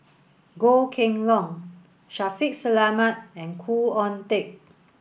Goh Kheng Long Shaffiq Selamat and Khoo Oon Teik